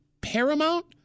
Paramount